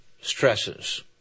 stresses